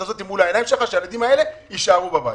הזאת מול העיניים והילדים האלה יישארו בבית.